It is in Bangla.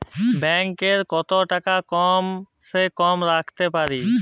ব্যাঙ্ক এ কত টাকা কম সে কম রাখতে পারি?